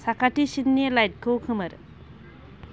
साखाथिसिननि लाइटखौ खोमोर